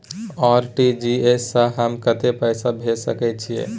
RTG S स हम कत्ते पैसा भेज सकै छीयै?